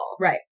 right